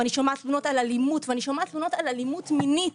ואני שומעת תלונות על אלימות ואני שומעת תלונות על אלימות מינית